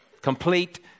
complete